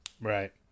Right